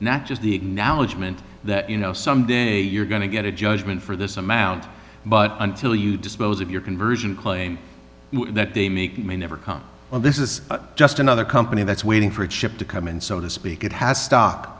not just the acknowledgment that you know someday you're going to get a judgment for this amount but until you dispose of your conversion claim that the meek may never come on this is just another company that's waiting for a ship to come in so to speak it has stock